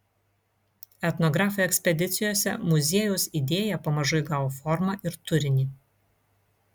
etnografų ekspedicijose muziejaus idėja pamažu įgavo formą ir turinį